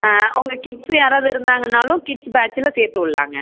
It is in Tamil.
உங்கள் கிட்ஸு யாராவது இருந்தாங்கன்னாலும் கிட்ஸு பேட்ச்சில் சேர்த்துவுட்லாங்க